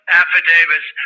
affidavits